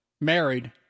married